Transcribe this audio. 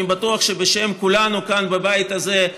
אני בטוח שבשם כולנו כאן בבית הזה,